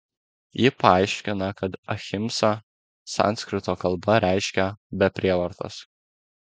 ji paaiškina kad ahimsa sanskrito kalba reiškia be prievartos